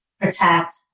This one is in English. protect